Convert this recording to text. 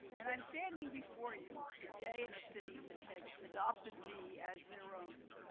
and i'm standing before you today in a city that has adopted me as their own.